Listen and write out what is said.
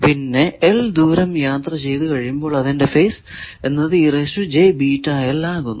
പിന്നെ l ദൂരം യാത്ര ചെയ്തു കഴിയുമ്പോൾ അതിന്റെ ഫേസ് എന്നത് ആകുന്നു